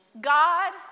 God